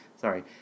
sorry